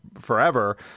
forever